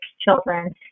children